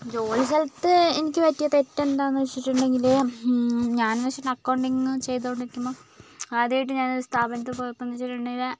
ജോലി സ്ഥലത്ത് എനിക്ക് പറ്റിയ തെറ്റെന്താന്ന് വെച്ചിട്ടുണ്ടെങ്കിൽ ഞാൻന്ന് വെച്ച അക്കൗണ്ടിംഗ് ചെയ്തുകൊണ്ടിരിക്കുമ്പോൾ ആദ്യായിട്ട് ഞാനൊരു സ്ഥാപനത്ത് പോയപ്പോൾ എന്തവെച്ചിട്ടുണ്ടെങ്കിൽ